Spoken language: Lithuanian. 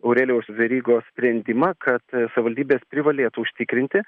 aurelijaus verygos sprendimą kad savivaldybės privalėtų užtikrinti